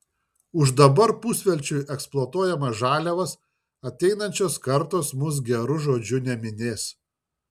už dabar pusvelčiui eksploatuojamas žaliavas ateinančios kartos mus geru žodžiu neminės